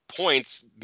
points